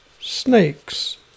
snakes